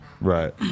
Right